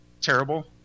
Terrible